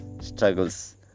struggles